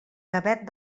gavet